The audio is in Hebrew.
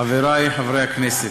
חברי חברי הכנסת,